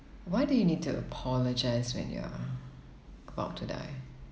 why do you need to apologise when you are about to die